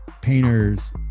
painters